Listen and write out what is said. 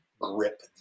grip